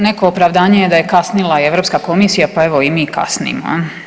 Neko opravdanje da je kasnila Europska komisija, pa evo i mi kasnimo.